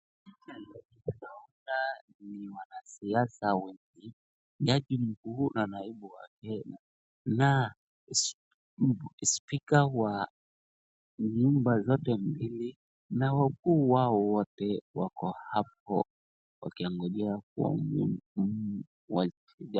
Picha hiyo naona ni wanasiasa wengi, jaji mkuu na naibu wake na speaker wa nyumba zote mbili, na wakuu wao wote wako hapo wakiongojea.